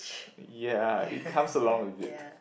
ya it comes along with it